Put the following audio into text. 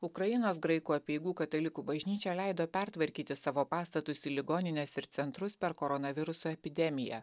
ukrainos graikų apeigų katalikų bažnyčia leido pertvarkyti savo pastatus į ligonines ir centrus per koronaviruso epidemiją